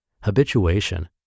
habituation